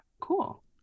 cool